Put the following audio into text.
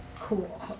cool